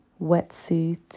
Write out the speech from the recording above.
wetsuit